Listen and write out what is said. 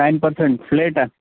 ten percent flat आहे